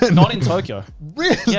but not in tokyo. really? yeah